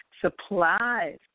supplies